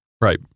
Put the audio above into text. Right